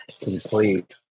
complete